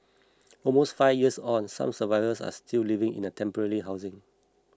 almost five years on some survivors are still living in temporary housing